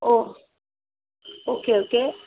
O okay okay